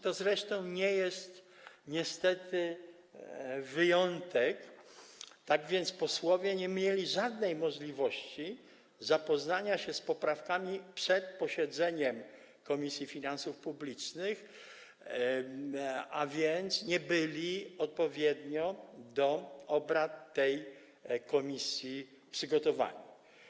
To zresztą nie jest niestety wyjątek, tak więc posłowie nie mieli żadnej możliwości zapoznania się z poprawkami przed posiedzeniem Komisji Finansów Publicznych, a więc nie byli odpowiednio do obrad tej komisji przygotowani.